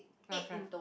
okay